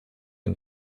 and